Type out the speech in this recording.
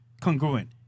congruent